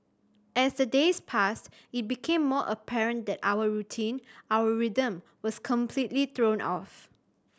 as the days passed it became more apparent that our routine our rhythm was completely thrown off